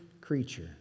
creature